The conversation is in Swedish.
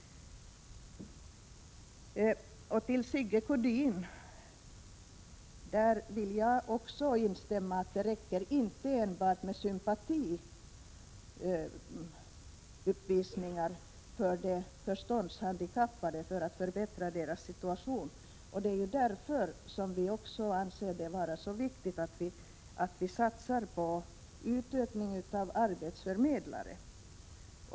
Jag vill instämma i det som Sigge Godin sade, nämligen att det inte räcker att enbart visa sympati för de förståndshandikappade för att förbättra deras situation. Det är därför som vi anser det vara så viktigt att satsa på en utökning av antalet arbetsförmedlare.